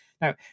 Now